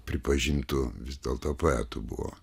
pripažintų vis dėlto poetų buvo